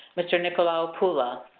mr. nikolao pula.